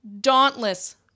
dauntless